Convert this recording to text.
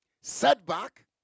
setback